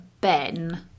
Ben